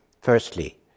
Firstly